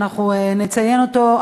שאנחנו נציין אותו,